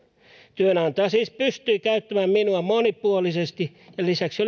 työnantaja siis pystyi käyttämään minua monipuolisesti ja lisäksi